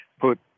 put